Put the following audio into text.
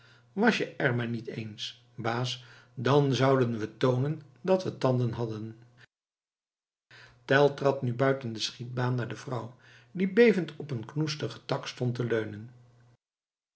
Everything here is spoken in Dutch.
was je er maar niet eens baas dan zouden we toonen dat we tanden hadden tell trad nu buiten de schietbaan naar de vrouw die bevend op een knoestigen tak stond te leunen